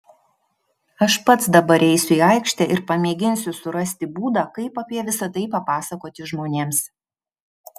aš pats dabar eisiu į aikštę ir pamėginsiu surasti būdą kaip apie visa tai papasakoti žmonėms